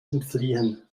entfliehen